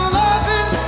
loving